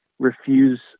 Refuse